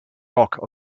rock